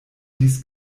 dies